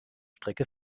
strecke